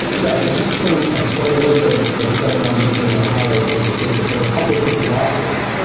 yeah. so just to explain a little bit of what's going on legally in ohio, as i understand it, there were a couple of different lawsuits.